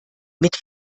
mit